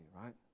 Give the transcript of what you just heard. right